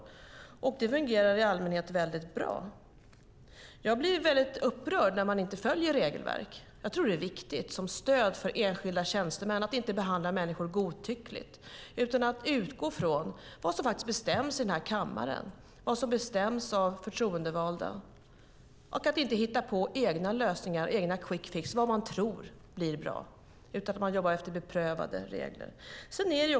I allmänhet fungerar det väldigt bra. Jag blir mycket upprörd när man inte följer regelverken. Jag tror att de är viktiga som stöd för enskilda tjänstemän så att de inte behandlar människor godtyckligt utan utgår från det som bestäms i denna kammare, det som bestäms av de förtroendevalda. Man ska inte hitta på egna lösningar, egna quick fix, på vad man tror blir bra. I stället ska man jobba efter beprövade regler.